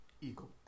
eagle